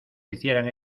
hicieran